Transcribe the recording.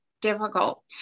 difficult